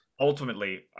ultimately